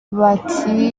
bahati